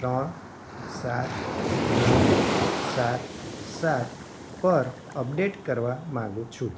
ત્રણ સાત નવ સાત સાત પર અપડેટ કરવા માગું છું